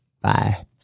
Bye